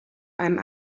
einem